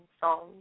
songs